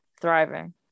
Thriving